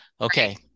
okay